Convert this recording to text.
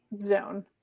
zone